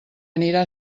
anirà